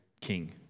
king